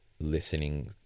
listening